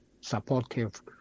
supportive